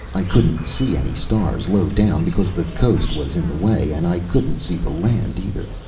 i couldn't see any stars low down because the coast was in the way, and i couldn't see the land, either.